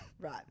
Right